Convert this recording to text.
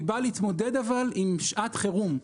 והיא באה להתמודד עם שעת חירום.